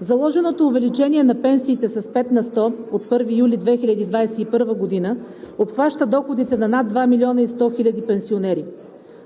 Заложеното увеличение на пенсиите с 5 на сто от 1 юли 2021 г. обхваща доходите на над 2 милиона и 100 хиляди пенсионери.